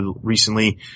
recently